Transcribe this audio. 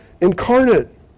incarnate